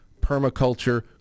permaculture